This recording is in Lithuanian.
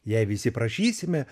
jei visi prašysime